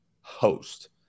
host